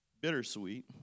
Bittersweet